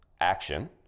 action